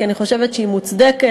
כי אני חושבת שהיא מוצדקת,